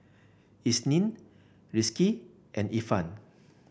Isnin Rizqi and Irfan